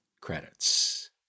credits